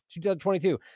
2022